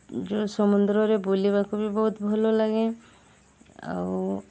ଯେଉଁ ସମୁଦ୍ରରେ ବୁଲିବାକୁ ବି ବହୁତ ଭଲ ଲାଗେ ଆଉ